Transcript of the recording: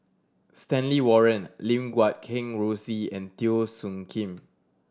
Stanley Warren Lim Guat Kheng Rosie and Teo Soon Kim